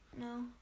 No